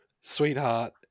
sweetheart